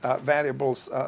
variables